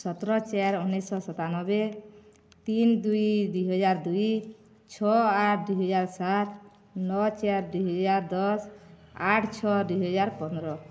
ସତର ଚାରି ଉଣେଇଶି ଶହ ସତାନବେ ତିନ ଦୁଇ ଦୁଇ ହଜାର ଦୁଇ ଛଅ ଆଠ ଦୁଇ ହଜାର ସାତ ନଅ ଚାରି ଦୁଇ ହଜାର ଦଶ ଆଠ ଛଅ ଦୁଇ ହଜାର ପନ୍ଦର